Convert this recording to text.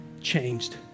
changed